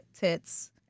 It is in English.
tits